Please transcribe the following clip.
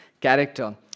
character